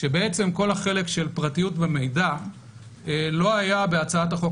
שבעצם כל החלק של פרטיות במידע לא היה בהצעת החוק